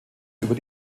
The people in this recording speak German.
über